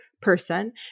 person